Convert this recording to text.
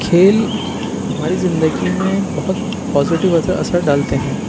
کھیل ہماری زندگی میں بہت پازیٹیو اثر ڈالتے ہیں